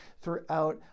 throughout